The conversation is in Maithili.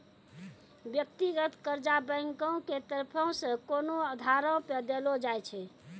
व्यक्तिगत कर्जा बैंको के तरफो से कोनो आधारो पे देलो जाय छै